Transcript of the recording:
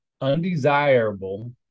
undesirable